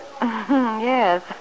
Yes